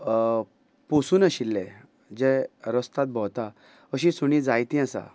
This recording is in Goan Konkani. जे पोसू नाशिल्ले जे रस्ताद भोंवता अशी सुणीं जायतीं आसात